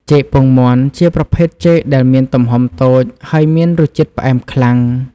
ចេកពងមាន់ ជាប្រភេទចេកដែលមានទំហំតូច ហើយមានរសជាតិផ្អែមខ្លាំង។